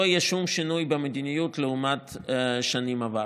לא יהיה שום שינוי במדיניות לעומת שנים עברו.